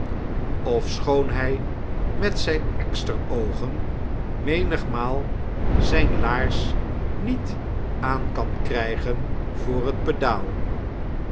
ofschoon hy met zijn exteroogen menigmaal zijn laars niet aan kan krijgen voor t pedaal